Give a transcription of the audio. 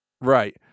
Right